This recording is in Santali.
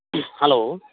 ᱦᱮᱞᱳ